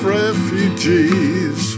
refugees